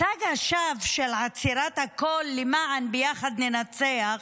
מצג השווא של עצירת הכול למען "ביחד ננצח"